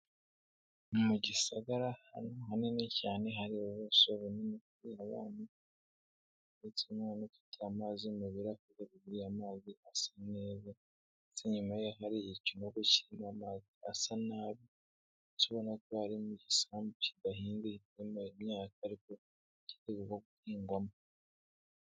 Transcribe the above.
Mu gisagara ahantu hanini cyane hari ubuso bunini kubera abana, ndetse umwana ufite amazi mu birahure bibiri, amazi asa neza, ndetse inyuma ye hari icyinogo kirimo amazi asa nabi, ndetse ubona ko ari mu gisambu kidahinze, kitarimo imyaka, ariko cyitegurwa guhingwama.